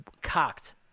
cocked